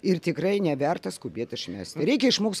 ir tikrai neverta skubėti išmesti reikia išmokt